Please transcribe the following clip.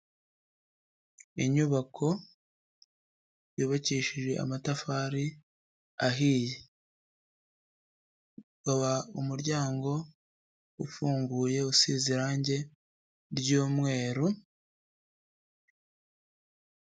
Inyubako yubakishije amatafari ahiye, ukaba umuryango ufunguye usize irange ry'umweru.